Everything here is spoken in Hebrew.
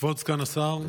כבוד סגן השרה,